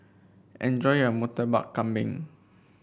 enjoy your Murtabak Kambing